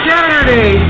Saturday